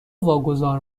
واگذار